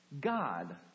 god